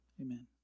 amen